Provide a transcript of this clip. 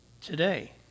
today